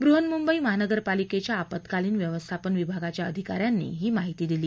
बृहन्मुंबई महानगरपालिकेच्या आपत्कालीन व्यवस्थापन विभागाच्या अधिका यांनी ही माहिती दिली